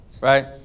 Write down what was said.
right